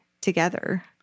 together